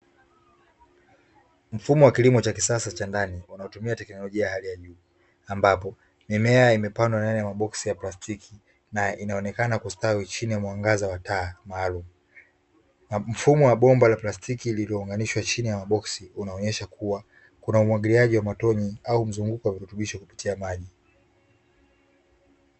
Mfumo wa kilimo cha kisasa cha ndani unatumia teknolojia imepandwa ndani ya maboksi ya plastiki na inaonekana kustawi chini mwangaza wa taa maalum wa bomba la plastiki lililounganishwa chini ya maboksi unaonyesha kuwa kuna umwagiliaji wa motoni au mzunguko wa virutubisho kupitia maji.